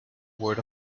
word